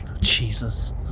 Jesus